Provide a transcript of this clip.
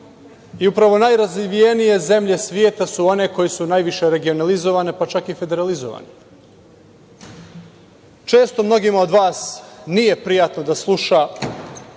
i upravo najrazvijenije zemlje sveta su one koje su najviše regionalizovane, pa čak i federalizovane. Često, mnogima od vas nije prijatno da sluša